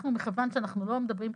אנחנו, מכיוון שאנחנו לא מדברים.